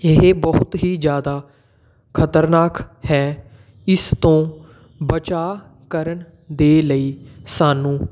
ਇਹ ਬਹੁਤ ਹੀ ਜ਼ਿਆਦਾ ਖਤਰਨਾਕ ਹੈ ਇਸ ਤੋਂ ਬਚਾ ਕਰਨ ਦੇ ਲਈ ਸਾਨੂੰ